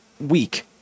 week